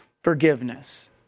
forgiveness